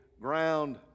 ground